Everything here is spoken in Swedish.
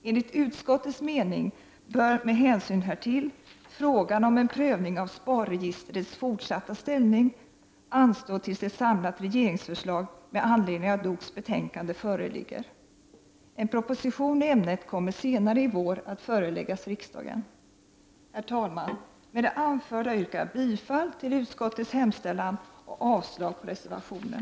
Enligt utskottets mening bör med hänsyn härtill frågan om en prövning av SPAR-registrets fortsatta ställning anstå tills ett samlat rege ringsförslag med anledning av DOK:s betänkande föreligger. En proposition i ämnet kommer senare i vår att föreläggas riksdagen. Herr talman! Med det anförda yrkar jag bifall till utskottets hemställan och avslag på reservationen.